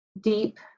deep